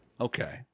Okay